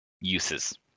uses